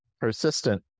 persistent